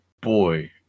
boy